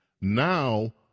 Now